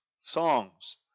songs